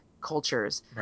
cultures